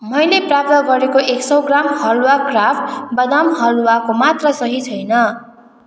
मैले प्राप्त गरेको एक सय ग्राम हलुवा क्राफ् बादाम हलुवाको मात्रा सही छैन